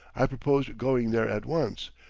i proposed going there at once,